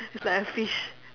it's like a fish